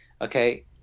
Okay